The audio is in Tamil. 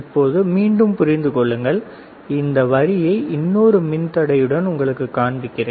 இப்போது மீண்டும் புரிந்து கொள்ளுங்கள் இந்த வரியை இன்னொரு மின்தடையுடன் உங்களுக்குக் காண்பிக்கிறேன்